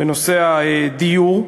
בנושא הדיור,